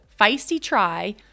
FEISTYTRY